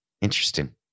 interesting